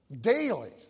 Daily